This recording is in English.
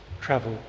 travel